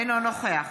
אינו נוכח